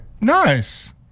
nice